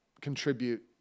contribute